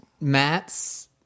Matt's